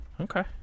Okay